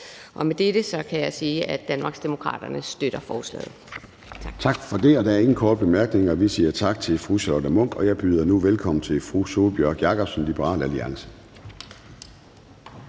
og med det kan jeg så afsløre, at Danmarksdemokraterne støtter forslaget.